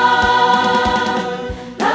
oh no